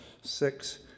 six